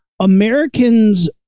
Americans